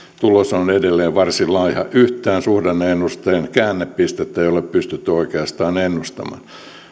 tulos on edelleen varsin laiha oikeastaan yhtään suhdanne ennusteen käännepistettä ei ole pystytty ennustamaan